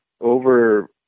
over